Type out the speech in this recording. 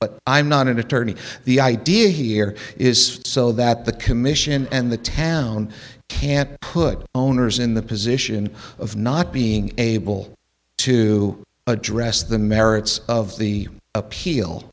but i'm not an attorney the idea here is so that the commission and the town can't put owners in the position of not being able to address the merits of the appeal